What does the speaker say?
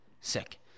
Sick